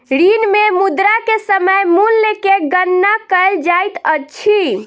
ऋण मे मुद्रा के समय मूल्य के गणना कयल जाइत अछि